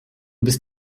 bist